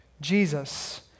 Jesus